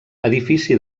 edifici